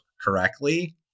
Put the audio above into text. correctly